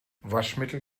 waschmittel